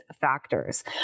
factors